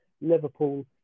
Liverpool